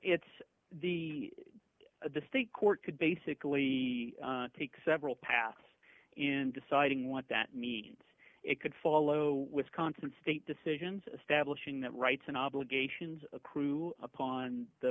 it's the the state court could basically take several paths in deciding what that means it could follow wisconsin state decisions establishing that rights and obligations accrue upon the